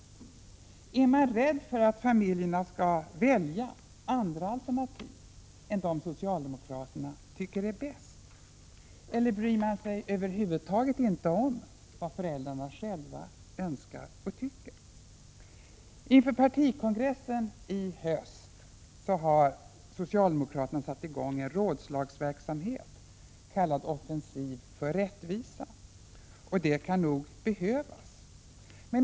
Är socialdemokraterna rädda för att föräldrarna skulle välja andra alternativ än dem socialdemokraterna tycker är bäst? Eller bryr ni er över huvud taget inte om vad föräldrarna själva önskar? Inför partikongressen i höst har socialdemokraterna satt i gång en rådslagsverksamhet, kallad Offensiv för rättvisa. Och det kan nog behövas.